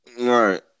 Right